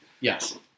Yes